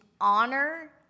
honor